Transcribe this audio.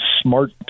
smart